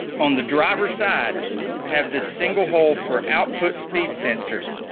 on the driver's side have the single hole for output speed sensor.